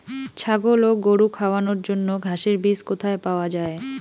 ছাগল ও গরু খাওয়ানোর জন্য ঘাসের বীজ কোথায় পাওয়া যায়?